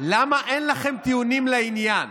למה אין לכם טיעונים לעניין.